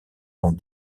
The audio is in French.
sont